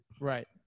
Right